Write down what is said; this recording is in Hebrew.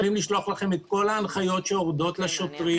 ברירת המחדל צריכה להיות --- ברירת המחדל שלנו היא לעשות הסברה,